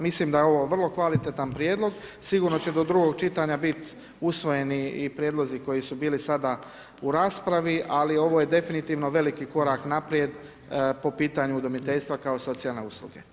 Mislim da je ovo vrlo kvalitetan prijedlog, sigurno će do drugog čitanja biti usvojeni i prijedlozi koji su bili sada u raspravi, ali ovo je definitivno korak naprijed, po pitanju udomiteljstva, kao socijalne usluge.